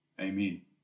Amen